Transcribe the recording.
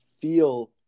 feel